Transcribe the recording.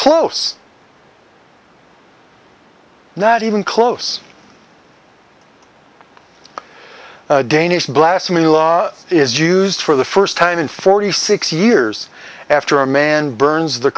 close not even close danish blasphemy law is used for the first time in forty six years after a man burns the